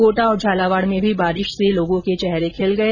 कोटा झालावाड़ में भी बारिश से लोगों के चेहरे खिल गए